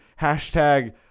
Hashtag